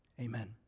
Amen